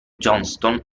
johnston